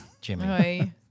Jimmy